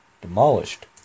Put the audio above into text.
demolished